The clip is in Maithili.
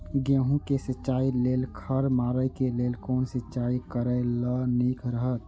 गेहूँ के सिंचाई लेल खर मारे के लेल कोन सिंचाई करे ल नीक रहैत?